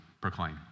proclaim